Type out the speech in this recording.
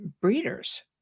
breeders